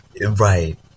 Right